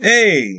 Hey